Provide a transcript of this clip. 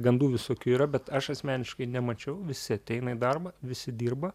gandų visokių yra bet aš asmeniškai nemačiau visi ateina į darbą visi dirba